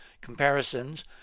Comparisons